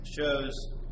shows